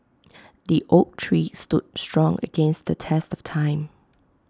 the oak tree stood strong against the test of time